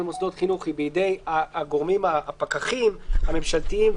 מוסדות חינוך היא בידי הגורמים הפקחיים: הממשלתיים,